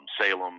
Salem